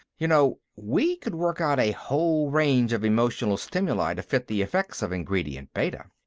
you know, we could work out a whole range of emotional stimuli to fit the effects of ingredient beta.